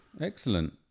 excellent